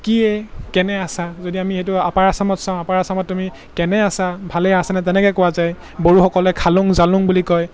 কি এ কেনে আছা যদি আমি এইটো আপাৰ আচামত চাওঁ আপাৰ আচামত তুমি কেনে আছা ভালে আছেনে তেনেকৈ কোৱা যায় বড়োসকলে খালোং জালোং বুলি কয়